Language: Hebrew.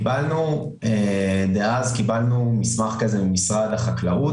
אז קיבלנו מסמך כזה ממשרד החקלאות,